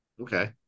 Okay